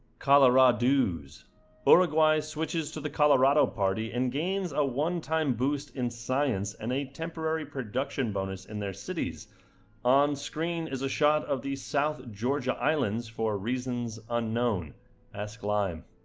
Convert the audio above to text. colorado's bora guai switches to the colorado party and gains a one-time boost in science and a temporary production bonus in their cities on screen is a shot of these south georgia islands for reasons unknown s clime